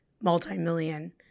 multi-million